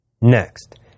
Next